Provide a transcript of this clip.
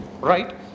Right